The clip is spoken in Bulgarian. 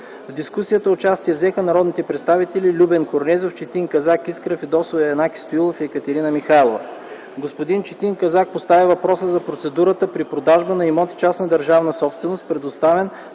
В дискусията взеха участие народните представители Любен Корнезов, Четин Казак, Искра Фидосова, Янаки Стоилов и Екатерина Михайлова. Господин Четин Казак постави въпроса за процедурата при продажба на имот – частна държавна собственост, предоставен